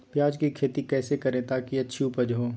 प्याज की खेती कैसे करें ताकि अच्छी उपज हो?